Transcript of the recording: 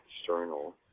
external